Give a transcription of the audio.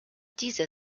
dieser